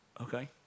Okay